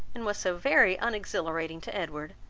and was so very unexhilarating to edward,